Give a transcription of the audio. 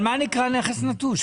מה נקרא נכס נטוש?